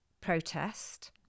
protest